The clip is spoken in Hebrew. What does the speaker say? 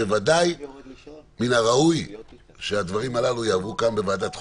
שוודאי מן הראוי שהדברים הללו יעברו כאן בוועדת החוקה,